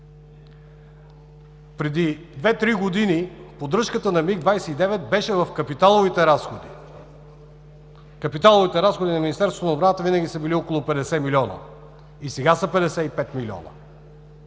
две, три години поддръжката на МиГ-29 беше в капиталовите разходи. Капиталовите разходи на Министерството на отбраната винаги са били около 50 млн., а сега са 55 млн.,